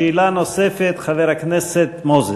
שאלה נוספת, חבר הכנסת מוזס.